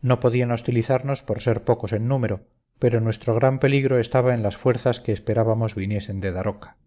no podían hostilizarnos por ser pocos en número pero nuestro gran peligro estaba en las fuerzas que esperábamos viniesen de daroca